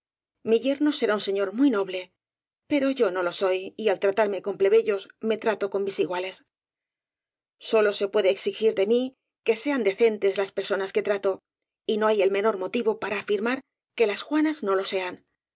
mi yerno será un señor muy noble pero yo no lo soy y al tratarme con los plebeyos me trato con mis iguales sólo se puede exigir de mí que sean decentes las personas que trato y no hay el menor motivo para afirmar que las juanas no lo sean